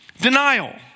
Denial